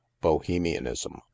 bohemianism